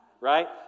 right